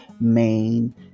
main